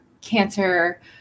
cancer